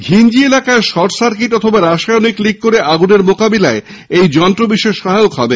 ঘিঞ্জি এলাকায় শর্টসার্কিট বা রাসায়নিক লিক করে আগুনের মোকাবিলায় এই যন্ত্র বিশেষ সহায়ক হবে